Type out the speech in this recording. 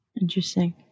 Interesting